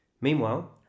Meanwhile